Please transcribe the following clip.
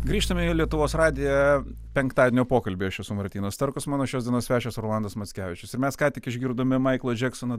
grįžtame į lietuvos radiją penktadienio pokalbį aš esu martynas starkus mano šios dienos svečias rolandas mackevičius ir mes ką tik išgirdome maiklo džeksono